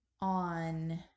on